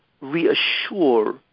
reassure